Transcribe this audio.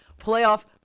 playoff